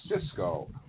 Cisco